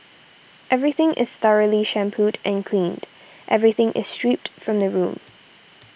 everything is thoroughly shampooed and cleaned everything is stripped from the room